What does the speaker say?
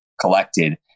collected